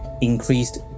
increased